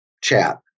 chat